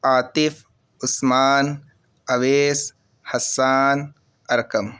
Atif Usman Owais Hassan Arqam